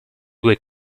due